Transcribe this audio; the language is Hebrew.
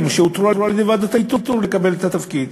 שאותרו על-ידי ועדת האיתור לקבל את התפקיד.